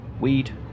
weed